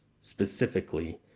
specifically